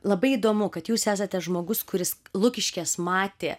labai įdomu kad jūs esate žmogus kuris lukiškes matė